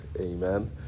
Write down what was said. Amen